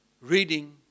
reading